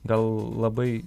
gal labai